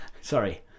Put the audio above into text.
sorry